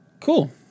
cool